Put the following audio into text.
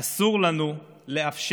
אסור לנו לאפשר